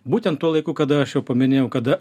būtent tuo laiku kada aš jau paminėjau kada